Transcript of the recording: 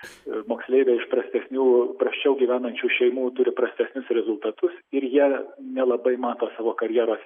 moksleiviai iš prastesnių prasčiau gyvenančių šeimų turi prastesnius rezultatus ir jie nelabai mato savo karjeros